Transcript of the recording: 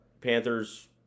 Panthers